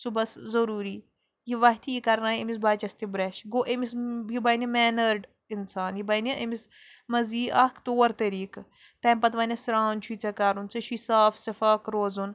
صُبحَس ضٔروٗری یہِ وَتھِ یہِ کَرناے أمِس بَچَس تہِ برٛٮ۪ش گوٚو أمِس یہِ بَنہِ مینٲڈ اِنسان یہِ بَنہِ أمِس منٛز یی اَکھ طور طریٖقہٕ تَمۍ پَتہٕ وَنٮ۪س سرٛان چھُے ژےٚ کَرُ ن ژےٚ چھُے صاف سِفاق روزُن